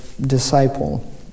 disciple